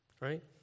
right